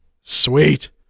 Sweet